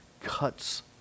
cuts